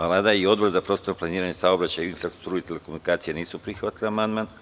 Vlada i Odbor za prostorno planiranje, saobraćaj, infrastrukturu i telekomunikacije nisu prihvatili amandman.